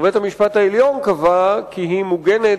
אשר בית-המשפט העליון קבע כי היא מוגנת